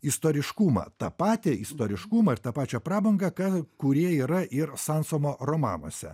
istoriškumą tą patį istoriškumą ir tą pačią prabangą ką kurie yra ir sansomo romanuose